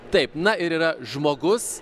taip na ir yra žmogus